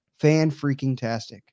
fan-freaking-tastic